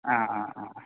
ആ ആ ആ